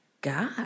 God